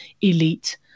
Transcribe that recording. elite